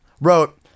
wrote